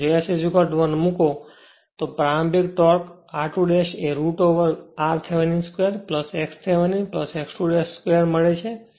જો S 1 મુકો તો પછી પ્રારંભિક ટોર્ક r2 એ root over r Thevenin 2 x Thevenin x 2 2 મળે છે